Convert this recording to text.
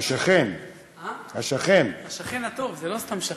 השכן הטוב, זה לא סתם שכן.